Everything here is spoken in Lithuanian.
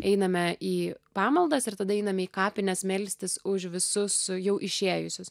einame į pamaldas ir tada einame į kapines melstis už visus jau išėjusius